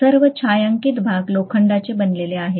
सर्व छायांकित भाग लोखंडाचे बनलेले आहेत